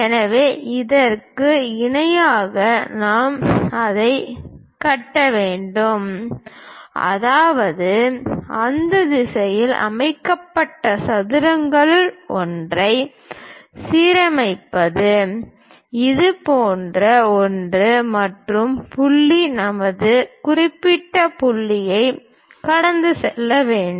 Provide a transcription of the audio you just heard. எனவே அதற்கு இணையாக நாம் அதை கட்ட வேண்டும் அதாவது அந்த திசையில் அமைக்கப்பட்ட சதுரங்களில் ஒன்றை சீரமைப்பது அதுபோன்ற ஒன்று மற்றும் புள்ளி நமது குறிப்பிட்ட புள்ளிகளைக் கடந்து செல்ல வேண்டும்